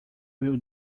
will